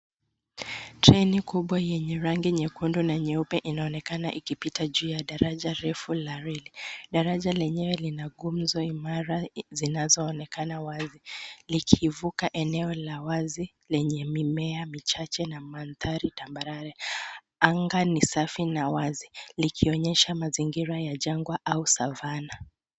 Treni kubwa yenye rangi nyekundu na nyeupe inaonekana ikipita juu ya daraja refu la reli. Daraja lenyewe lina gunzo imara zinazoonekana wazi likivuka eneo la wazi lenye mimea michache na mandhari tambarare. Anga ni safi na wazi likionyesha mazingira ya jangwa au savana.